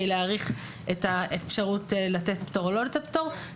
להעריך את האפשרות לתת פטור או לא לתת פטור,